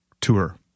tour